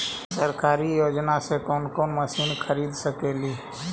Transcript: सरकारी योजना से कोन सा मशीन खरीद सकेली?